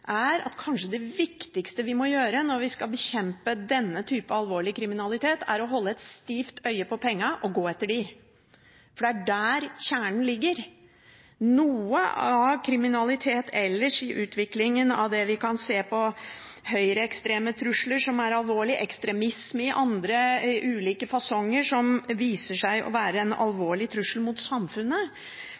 er at kanskje det viktigste vi må gjøre når vi skal bekjempe denne typen alvorlig kriminalitet, er å holde et stivt øye på pengene og gå etter dem, for det er der kjernen ligger. Når det gjelder noe av kriminaliteten ellers, i utviklingen av det vi kan se på høyreekstreme trusler, som er alvorlig, ekstremisme i ulike fasonger som viser seg å være en alvorlig trussel mot samfunnet,